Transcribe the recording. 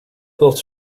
porte